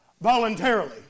voluntarily